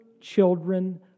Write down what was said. children